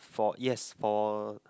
for yes for